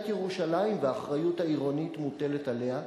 ירושלים והאחריות העירונית מוטלת עליה,